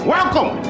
Welcome